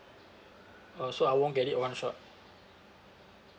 uh so I won't get it one shot